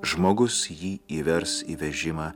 žmogus jį įvers į vežimą